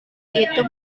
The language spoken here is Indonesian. itu